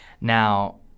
Now